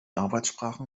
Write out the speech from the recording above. arbeitssprachen